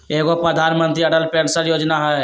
एगो प्रधानमंत्री अटल पेंसन योजना है?